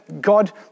God